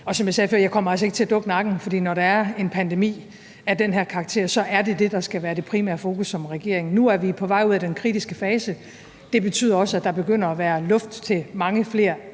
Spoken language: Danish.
Som jeg sagde før, kommer jeg altså ikke til at dukke nakken, for når der er en pandemi af den her karakter, er det det, der skal være det primære fokus som regering. Nu er vi på vej ud af den kritiske fase, og det betyder også, at der begynder at være luft til mange flere